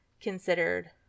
considered